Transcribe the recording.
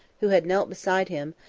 who had knelt beside him,